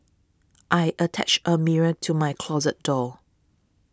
I attached a mirror to my closet door